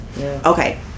okay